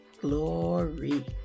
Glory